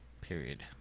Period